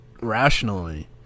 rationally